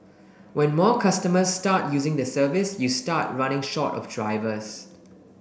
when more customers start using the service you start running short of drivers